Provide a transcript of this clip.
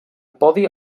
podi